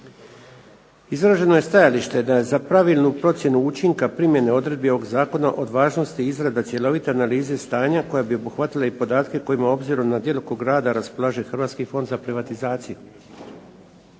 Izraženo je stajalište da je za pravilnu procjenu učinka primjene odredbi ovog zakona od važnosti izrada cjelovite analize stanja koja bi obuhvatila i podatke kojima obzirom na djelokrug rada raspolaže Hrvatski fond za privatizaciju.